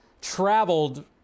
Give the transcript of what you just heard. traveled